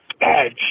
Edge